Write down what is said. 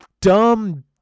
dumb